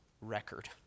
record